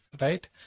right